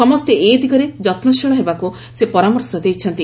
ସମସ୍ତେ ଏ ଦିଗରେ ଯତ୍ନଶୀଳ ହେବାକୁ ସେ ପରାମର୍ଶ ଦେଇଛନ୍ତି